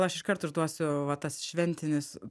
aš iškart išduosiu va tas šventinis